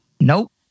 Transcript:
Nope